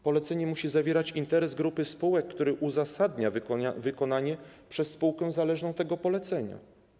Polecenie musi zawierać interes grupy spółek, który uzasadnia wykonanie przez spółkę zależną tego polecenia.